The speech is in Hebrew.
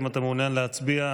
אם אתה מעוניין להצביע,